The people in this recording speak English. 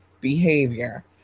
behavior